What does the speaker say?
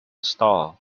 stall